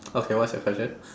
okay what's your question